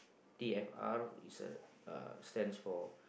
T_F_R is a uh stands for